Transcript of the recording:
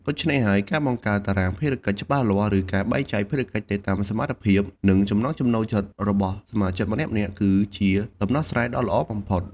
ដូច្នេះហើយ ការបង្កើតតារាងភារកិច្ចច្បាស់លាស់ ឬការបែងចែកភារកិច្ចទៅតាមសមត្ថភាព និងចំណង់ចំណូលចិត្តរបស់សមាជិកម្នាក់ៗ គឺជាដំណោះស្រាយដ៏ល្អបំផុត។